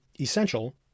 essential